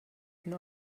schon